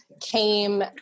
came